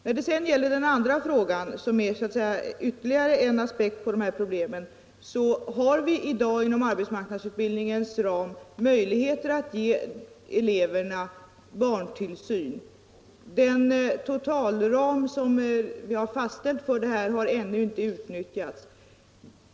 När det sedan gäller den andra frågan, som är ytterligare en aspekt på detta problem, har vi i dag inom arbetsmarknadsutbildningens ram möjligheter att gé eleverna barntillsyn. Den totalram som vi har fastställt för detta har ännu inte utnyttjats.